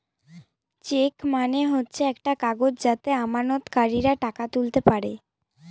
check মানে হচ্ছে একটা কাগজ যাতে আমানতকারীরা টাকা তুলতে পারে